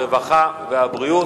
הרווחה והבריאות.